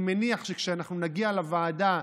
אני מניח שכשנגיע לוועדה,